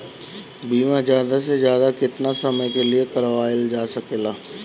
बीमा ज्यादा से ज्यादा केतना समय के लिए करवायल जा सकेला?